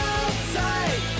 Outside